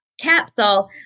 capsule